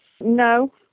No